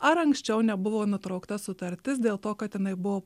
ar anksčiau nebuvo nutraukta sutartis dėl to kad jinai buvo